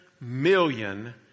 million